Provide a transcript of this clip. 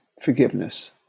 forgiveness